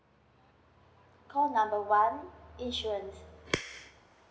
call number one insurance